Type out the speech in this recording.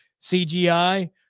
CGI